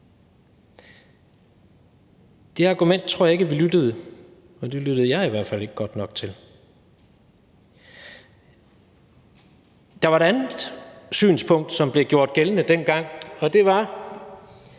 Det argument tror jeg ikke at vi lyttede godt nok til – det gjorde jeg i hvert fald ikke. Der var et andet synspunkt, som blev gjort gældende dengang, og det var,